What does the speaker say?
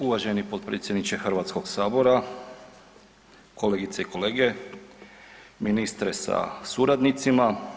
Uvaženi potpredsjedniče Hrvatskog sabora, kolegice i kolege, ministre sa suradnicima.